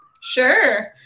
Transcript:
Sure